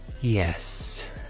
Yes